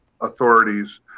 authorities